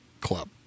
Club